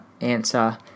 answer